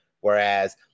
Whereas